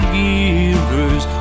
givers